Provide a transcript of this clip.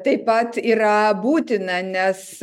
taip pat yra būtina nes